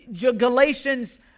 Galatians